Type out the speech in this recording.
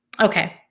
Okay